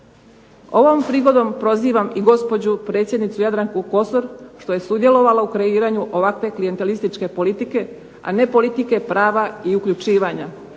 Ovom prigodom prozivam i gospođu predsjednicu Jadranku Kosor što je sudjelovala u kreiranju ovakve klijentelističke politike, a ne politike prava i uključivanja,